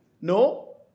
No